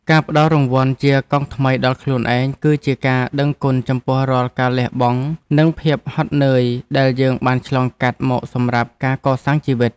ការផ្ដល់រង្វាន់ជាកង់ថ្មីដល់ខ្លួនឯងគឺជាការដឹងគុណចំពោះរាល់ការលះបង់និងភាពហត់នឿយដែលយើងបានឆ្លងកាត់មកសម្រាប់ការកសាងជីវិត។